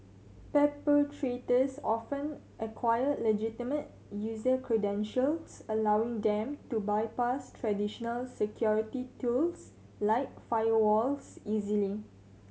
perpetrators often acquire legitimate user credentials allowing them to bypass traditional security tools like firewalls easily